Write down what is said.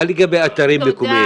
מה לגבי אתרים מקומיים.